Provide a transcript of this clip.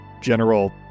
general